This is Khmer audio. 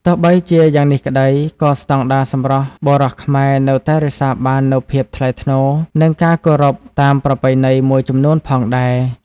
ទោះបីជាយ៉ាងនេះក្តី ក៏ស្តង់ដារសម្រស់បុរសខ្មែរនៅតែរក្សាបាននូវភាពថ្លៃថ្នូរ និងការគោរពតាមប្រពៃណីមួយចំនួនផងដែរ។